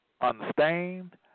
unstained